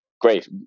great